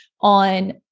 on